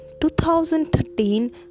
2013